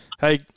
hey